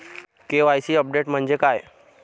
KYC update म्हणजे काय?